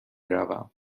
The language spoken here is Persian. روم